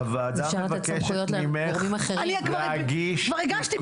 הוועדה מבקשת ממך להגיש תיקון --- כבר הגשתי.